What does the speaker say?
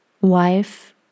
wife